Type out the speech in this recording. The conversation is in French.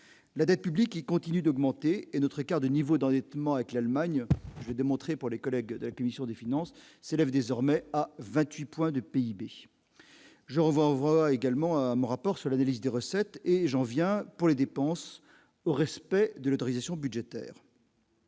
la dette publique qui continue d'augmenter et notre écart de niveau d'endettement avec l'Allemagne c'est démontré pour les collègues de la commission des finances s'élève désormais à 28 points de PIB je revois également un rapport sur l'analyse des recettes et en viens pour les dépenses au respect de l'autorisation budgétaire.